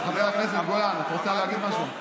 חברת הכנסת גולן, את רוצה להגיד משהו?